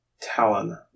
Talon